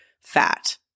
Fat